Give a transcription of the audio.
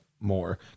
more